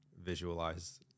visualize